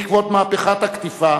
בעקבות "מהפכת הקטיפה",